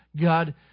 God